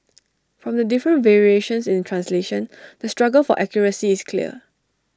from the different variations in translation the struggle for accuracy is clear